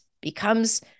becomes